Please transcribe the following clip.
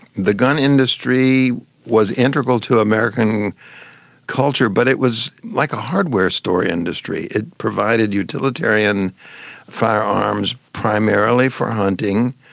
the gun industry was integral to american culture but it was like a hardware store industry. it provided utilitarian firearms, primarily for hunting,